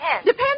Depends